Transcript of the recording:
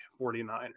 49ers